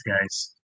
guys